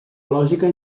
lògica